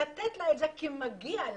לתת לה את זה כי מגיע לה.